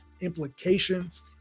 implications